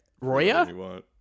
Roya